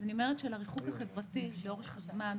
לריחוק החברתי לאורך זמן,